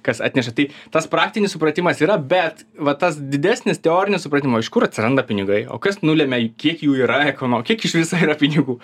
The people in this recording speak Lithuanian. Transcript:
kas atneša tai tas praktinis supratimas yra bet va tas didesnis teorinis supratimo iš kur atsiranda pinigai o kas nulemia kiek jų yra ekono kiek iš viso yra pinigų